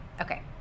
Okay